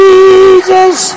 Jesus